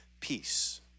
peace